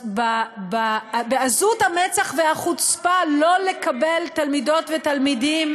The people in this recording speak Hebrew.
בעזות המצח והחוצפה לא לקבל תלמידות ותלמידים.